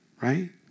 right